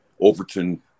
Overton